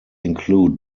include